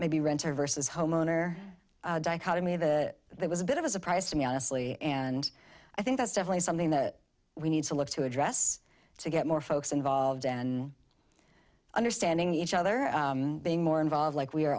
maybe renter versus homeowner dichotomy that there was a bit of a surprise to me honestly and i think that's definitely something that we need to look to address to get more folks involved and understanding each other being more involved like we are